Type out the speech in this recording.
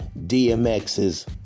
DMX's